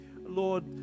Lord